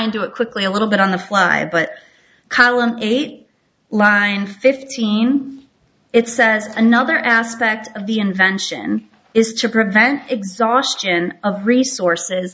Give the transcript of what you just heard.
and do it quickly a little bit on the fly but column eight line fifteen it says another aspect of the invention is to prevent exhaustion of resources